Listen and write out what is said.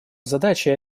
задача